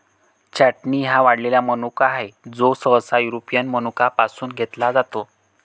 छाटणी हा वाळलेला मनुका आहे, जो सहसा युरोपियन मनुका पासून घेतला जातो